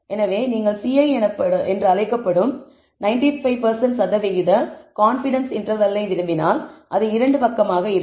எனவே நீங்கள் CI என்று அழைக்கப்படும் 95 சதவிகித கான்ஃபிடன்ஸ் இன்டர்வல்லை விரும்பினால் அது இரண்டு பக்கமாக இருக்கும்